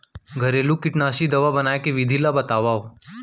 घरेलू कीटनाशी दवा बनाए के विधि ला बतावव?